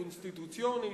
היא קונסטיטוציונית,